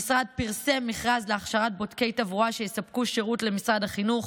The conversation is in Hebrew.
המשרד פרסם מכרז להכשרת בודקי תברואה שיספקו שירות למשרד החינוך.